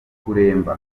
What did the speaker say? kuremba